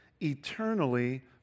eternally